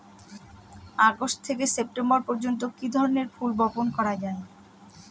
August থেকে September পর্যন্ত কি ধরনের ফুল বপন করা যায়?